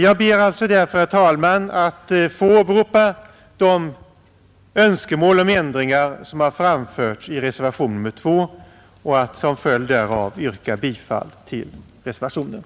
Jag ber alltså, herr talman, att få åberopa de önskemål om ändringar som framförts i reservationen 2 och yrka bifall till densamma.